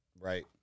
right